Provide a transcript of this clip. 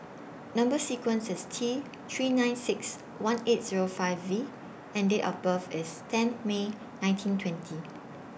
Number sequence IS T three nine six one eight Zero five V and Date of birth IS tenth May nineteen twenty